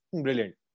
brilliant